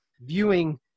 viewing